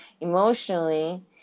Emotionally